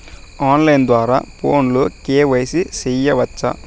on line ద్వారా ఫోనులో KYC సేయొచ్చా